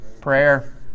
Prayer